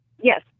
Yes